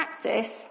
practice